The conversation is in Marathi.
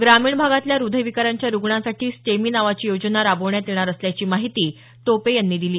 ग्रामीण भागातल्या हृदयविकारांच्या रूग्णांसाठी स्टेमी नावाची योजना राबवण्यात येणार असल्याची माहिती टोपे यांनी दिली